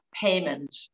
payment